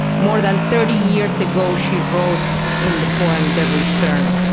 more than thirty years ago, she wrote in the poem the return,